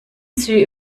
sie